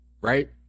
right